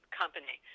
company